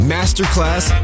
Masterclass